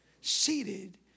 seated